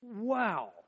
Wow